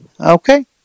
Okay